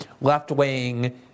left-wing